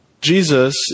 Jesus